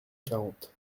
quarante